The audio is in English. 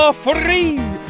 ah for free!